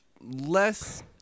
less